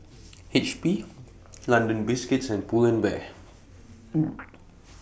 H P London Biscuits and Pull and Bear